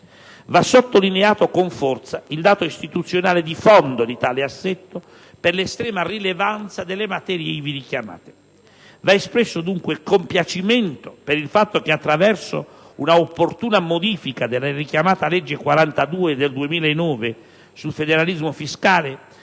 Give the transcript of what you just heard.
Va sottolineato con forza il dato istituzionale di fondo di tale assetto, per l'estrema rilevanza delle materie ivi richiamate. Va espresso dunque compiacimento per il fatto che attraverso un'opportuna modifica della richiamata legge n. 42 del 2009 sul federalismo fiscale